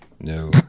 No